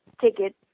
ticket